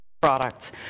products